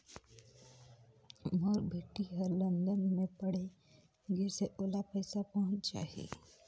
मोर बेटी हर लंदन मे पढ़े गिस हय, ओला पइसा पहुंच जाहि?